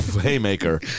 haymaker